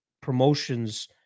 promotions